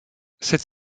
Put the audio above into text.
cette